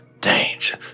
danger